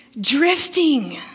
Drifting